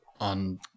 on